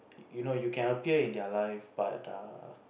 you know you can appear in their life but err